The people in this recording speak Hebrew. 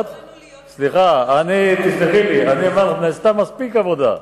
מותר לנו להיות, תסלחי לי, נעשתה מספיק עבודה.